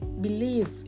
believe